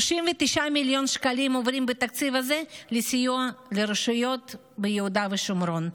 39 מיליון שקלים עוברים בתקציב הזה לסיוע לרשויות ביהודה ושומרון,